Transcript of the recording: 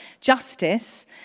justice